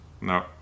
No